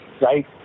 right